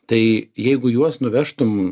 tai jeigu juos nuvežtum